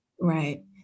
Right